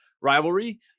rivalry